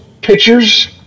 pictures